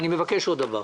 אני מבקש עוד דבר,